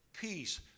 peace